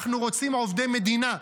אנחנו רוצים עובדי מדינה.